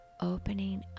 opening